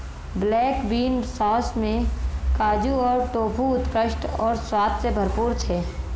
black bean sauce में काजू और टोफू उत्कृष्ट और स्वाद से भरपूर थे